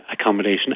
accommodation